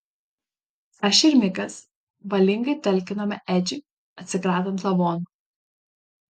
aš ir mikas valingai talkinome edžiui atsikratant lavono